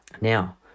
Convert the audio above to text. Now